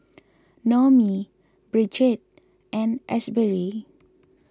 Noemie Bridget and Asbury